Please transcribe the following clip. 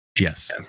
yes